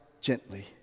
gently